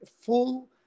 full